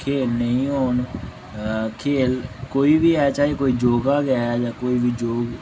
खेल नेईं होन खेल कोई बी ऐ चाहे कोई योगा गै ऐ जां कोई बी योग